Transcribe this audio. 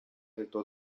tentò